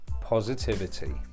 positivity